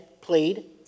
plead